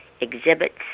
exhibits